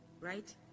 Right